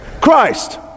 Christ